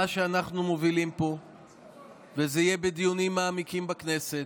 מה שאנחנו מובילים פה זה יהיה בדיונים מעמיקים בכנסת,